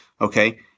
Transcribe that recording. okay